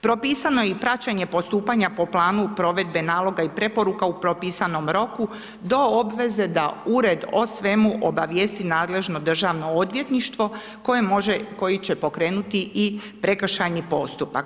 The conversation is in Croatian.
Propisano je i praćenje postupanja po planu provedbe naloga i preporuka u propisanom roku do obveze da Ured o svemu obavijesti nadležno Državno odvjetništvo koje će pokrenuti i prekršajni postupak.